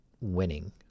winning